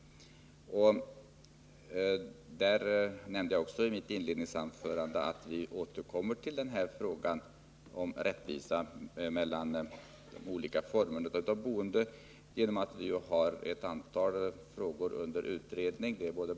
Jag nämnde i mitt inledningsanförande att vi återkommer till frågan om rättvisa mellan olika former av boende genom att vi har ett antal frågor under utredning.